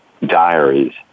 diaries